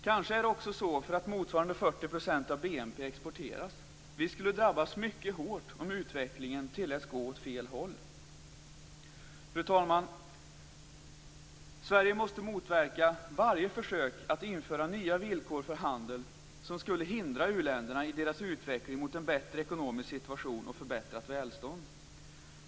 Kanske är det också så för att motsvarande 40 % av BNP exporteras. Vi skulle drabbas mycket hårt om utvecklingen tilläts gå åt fel håll. Fru talman! Sverige måste motverka varje försök att införa nya villkor för handel som skulle hindra uländerna i deras utveckling mot en bättre ekonomisk situation och förbättrat välstånd.